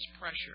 pressure